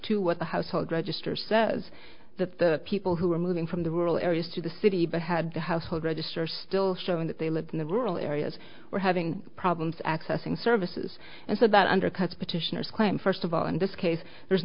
to what the household register says that the people who were moving from the rural areas to the city but had the household register still showing that they lived in the rural areas were having problems accessing services and so that undercuts petitioner's claim first of all in this case there